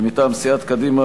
מטעם סיעת קדימה,